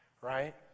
right